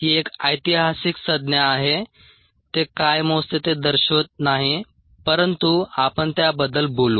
ही एक ऐतिहासिक संज्ञा आहे ते काय मोजते ते दर्शवत नाही परंतु आपण त्याबद्दल बोलू